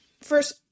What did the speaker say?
first